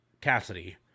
Cassidy